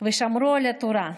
ושמרו על התורה,